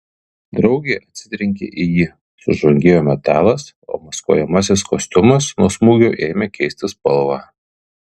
draugė atsitrenkė į jį sužvangėjo metalas o maskuojamasis kostiumas nuo smūgio ėmė keisti spalvą